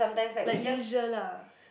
like leisure lah